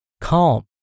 calm